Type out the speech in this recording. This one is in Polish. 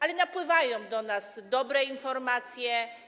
Ale napływają do nas dobre informacje.